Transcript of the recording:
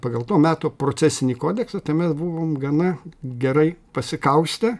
pagal to meto procesinį kodeksą tai mes buvom gana gerai pasikaustę